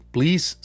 Please